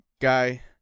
guy